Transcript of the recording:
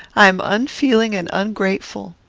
i am unfeeling and ungrateful.